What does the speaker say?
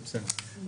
זה בסדר.